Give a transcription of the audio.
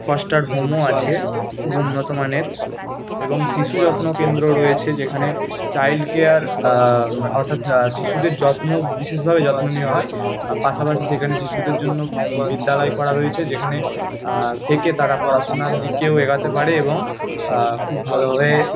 foster হোমও আছে খুব উন্নত মানের এবং শিশুযত্ন কেন্দ্র রয়েছে যেখানে চাইল্ড কেয়ার অর্থাৎ শিশুদের যত্ন বিশেষভাবে যত্ন নেওয়া হয় পাশাপাশি সেখানে শিশুদের জন্য বিদ্যালয় করা রয়েছে যেখানে থেকে তারা পড়াশুনার দিকেও এগোতে পারে এবং খুব ভালোভাবে